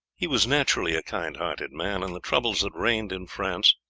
he was naturally a kind-hearted man, and the troubles that reigned in france,